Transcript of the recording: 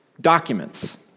documents